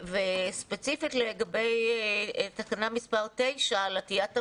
ספציפית לגבי תקנה מספר 9 לגבי עטיית המסכה.